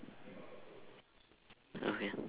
okay